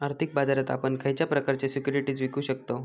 आर्थिक बाजारात आपण खयच्या प्रकारचे सिक्युरिटीज विकु शकतव?